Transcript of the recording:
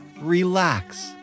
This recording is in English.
relax